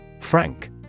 Frank